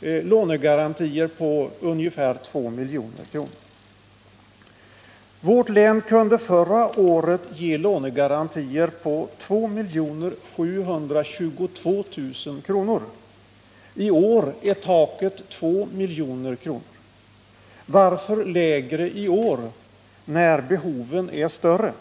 De gäller lånegarantier på ungefär 2 milj.kr. Vårt län kunde förra året ge lånegarantier på 2 722 000 kr. I år är taket 2 milj.kr. Varför lägre i år, när behovet är större?